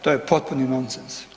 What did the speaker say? To je potpuni nonsens.